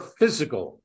physical